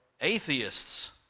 atheists